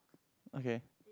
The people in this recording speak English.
okay